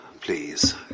please